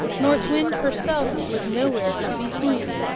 north wind herself was nowhere to be seen.